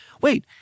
wait